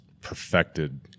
perfected